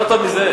יותר טוב מזה?